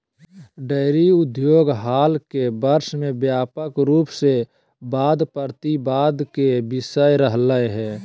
dairy उद्योग हाल के वर्ष में व्यापक रूप से वाद प्रतिवाद के विषय रहलय हें